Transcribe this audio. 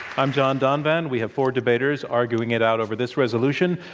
i'm john donvan. we have four debaters arguing it out over this resolution,